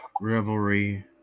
revelry